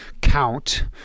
count